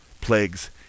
Plagues